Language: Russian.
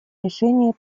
решение